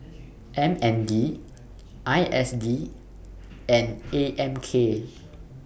M N D I S D and A M K